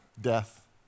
death